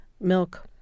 milk